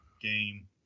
game